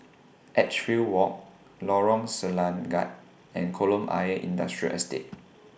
Edgefield Walk Lorong Selangat and Kolam Ayer Industrial Estate